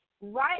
right